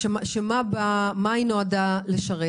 שמה היא נועדה לשרת?